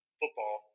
football